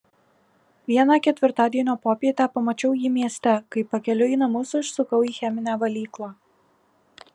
vieną ketvirtadienio popietę pamačiau jį mieste kai pakeliui į namus užsukau į cheminę valyklą